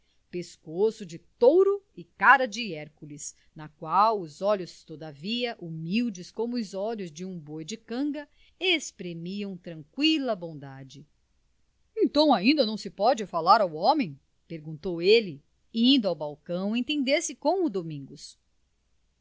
pescoço de touro e cara de hércules na qual os olhos todavia humildes como os olhos de um boi de canga exprimiam tranqüila bondade então ainda não se pode falar ao homem perguntou ele indo ao balcão entender-se com o domingos